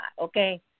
okay